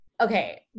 okay